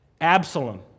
Absalom